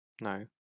No